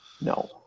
No